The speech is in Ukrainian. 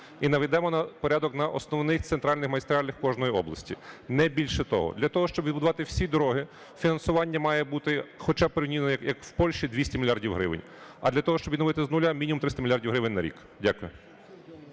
і наведемо порядок на основних центральних магістралях кожної області, не більше того. Для того, щоб відбувати всі дороги, фінансування має бути хоча б, порівняно як в Польщі, 200 мільярдів гривень. А для того, щоб відновити з нуля, мінімум 300 мільярдів гривень на рік. Дякую.